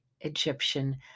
Egyptian